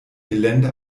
gelände